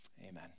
Amen